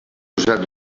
usat